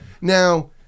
Now